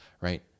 Right